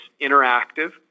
interactive